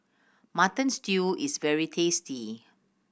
Mutton Stew is very tasty